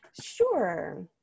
sure